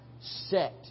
set